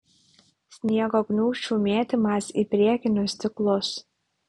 sniego gniūžčių mėtymas į priekinius stiklus